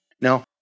Now